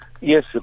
Yes